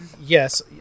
yes